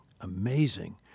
amazing